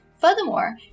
Furthermore